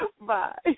Bye